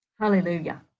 Hallelujah